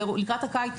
כמו הקיץ,